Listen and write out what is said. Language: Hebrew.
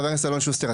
חה"כ אלון שוסטר,